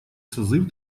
созыв